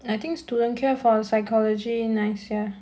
I think student care for a psychology nice ya